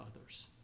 others